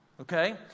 Okay